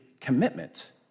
commitment